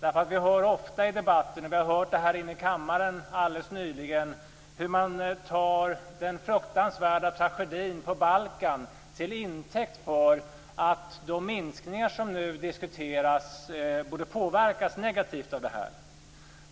Man hör ofta i debatten - det hörde vi här i kammaren alldeles nyligen - att den fruktansvärda tragedin på Balkan tas till intäkt för att de minskningar som nu diskuteras borde påverkas negativt.